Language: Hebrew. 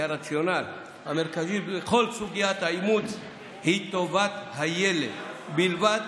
כי הרציונל המרכזי בכל סוגיית האימוץ היא טובת הילד בלבד,